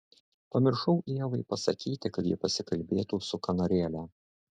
pamiršau ievai pasakyti kad ji pasikalbėtų su kanarėle